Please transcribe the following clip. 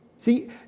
See